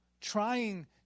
trying